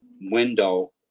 window